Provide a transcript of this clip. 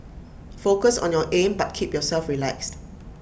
focus on your aim but keep yourself relaxed